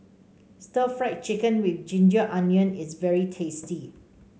Stir Fried Chicken with ginger onion is very tasty